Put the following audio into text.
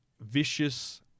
Vicious